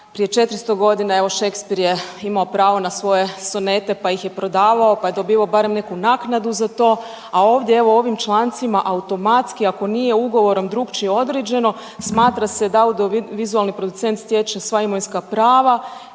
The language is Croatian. Prije 400 godina evo Shakespeare je imao pravo na svoje sonete pa ih je prodavao pa je dobivao barem neku naknadu za to, a ovdje evo u ovim člancima automatski ako nije ugovorom drukčije određeno smatra se da audiovizualni producent stječe sva imovinska prava,